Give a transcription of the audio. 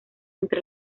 entre